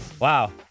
wow